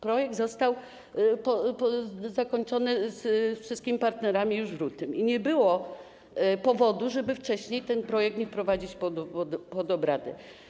Projekt został zakończony ze wszystkimi partnerami już w lutym i nie było powodu, żeby wcześniej ten projekt nie wprowadzić pod obrady.